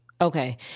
Okay